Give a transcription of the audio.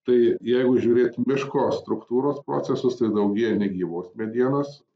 tai jeigu žiūrėtum miško struktūros procesus tai daugėja negyvos medienos